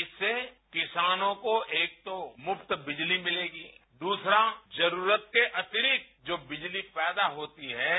इससे किसानों को एक तो मुफ्त बिजली मिलेगी दूसरा जरूरत के अतिरिक्त जो बिजली पैदा होती है